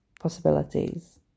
possibilities